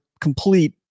complete